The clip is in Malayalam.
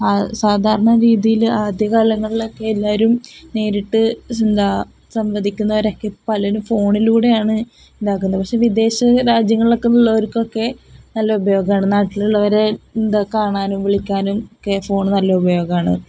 ആ സാധാരണ രീതിയില് ആദ്യകാലങ്ങളിലൊക്കെ എല്ലാവരും നേരിട്ട് എന്താണ് സമ്പാദിക്കുന്നവരൊക്കെ പലരും ഫോണിലൂടെയാണ് ഇതാക്കുന്നത് പക്ഷെ വിദേശ രാജ്യങ്ങളിലൊക്കെന്നുള്ളവർക്കൊക്കെ നല്ല ഉപയോഗമാണു നാട്ടിലുള്ളവരെ എന്താണ് കാണാനും വിളിക്കാനും ഒക്കെ ഫോണ് നല്ല ഉപയോഗമാണ്